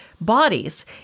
bodies